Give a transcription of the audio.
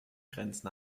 grenzen